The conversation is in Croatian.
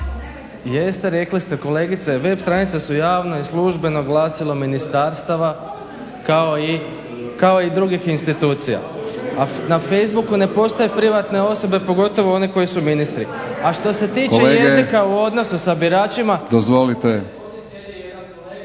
Jeste rekli ste kolegice. Web stranice su javno i službeno glasilo ministarstava kao i drugih institucija. … /Govornici govore u glas, ne razumije se./… A na facebooku ne postoje privatne osobe, pogotovo one koji su ministri. A što se tiče jezika u odnosu sa biračima